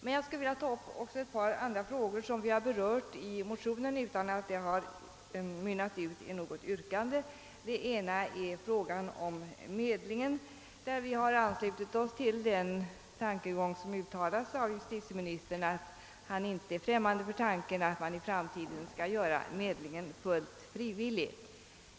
Men jag skulle vilja ta upp också ett Par andra frågor som vi har berört i motionen utan att detta omnämnande har mynnat ut i något yrkande. Den ena är frågan om medlingen, där vi har anslutit oss till den tankegång som uttalats av justitieministern, nämligen att han inte är främmande för att man i framtiden skall kunna göra medlingen frivillig.